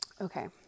Okay